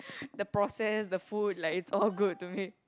the process the food like it's all good to me